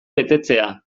betetzea